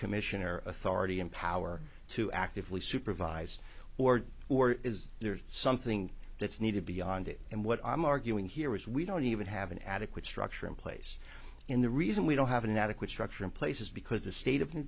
commissioner authority and power to actively supervise order or is there something that's needed beyond it and what i'm arguing here is we don't even have an adequate structure in place in the reason we don't have an adequate structure in place is because the state of new